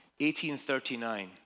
1839